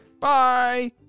Bye